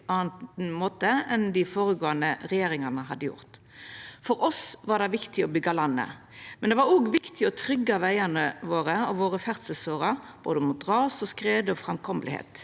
enn dei føregåande regjeringane hadde gjort. For oss var det viktig å byggja landet, men det var òg viktig å tryggja vegane og ferdselsårene våre mot ras og skred og sikra framkomelegheit.